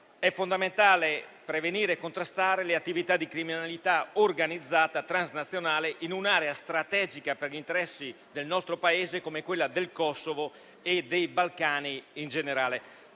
È fondamentale prevenire e contrastare le attività di criminalità organizzata transnazionale in un'area strategica per gli interessi del nostro Paese come quella del Kosovo e dei Balcani in generale.